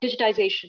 digitization